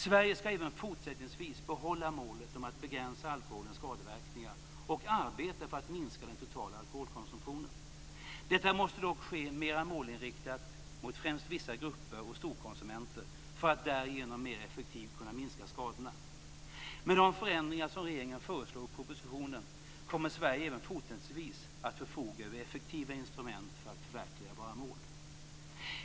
Sverige ska även fortsättningsvis behålla målet att begränsa alkoholens skadeverkningar och arbeta för att minska den totala alkoholkonsumtionen. Detta måste dock ske mer målinriktat, främst i förhållande till vissa grupper och storkonsumenter för att mer effektivt kunna minska skadorna. Med de förändringar som regeringen föreslår i propositionen kommer Sverige även fortsättningsvis att förfoga över effektiva instrument för att förverkliga målen.